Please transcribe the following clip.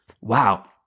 Wow